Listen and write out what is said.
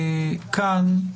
התשפ"א-2021.